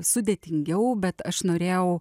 sudėtingiau bet aš norėjau